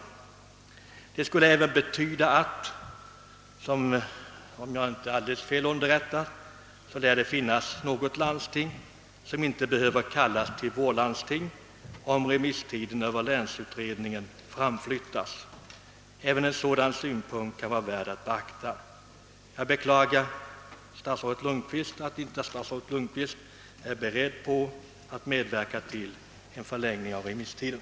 Om jag inte är fel underrättad finns det något landsting som inte behöver kalla till vårlandsting, om remisstiden för länsindelningsutredningens betänkande framflyttas. även den synpunkten kan vara värd att beakta. Jag beklagar därför att statsrådet Lundkvist inte är beredd att medverka till en förlängning av remisstiden.